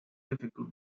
difficult